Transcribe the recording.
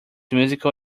musical